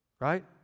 right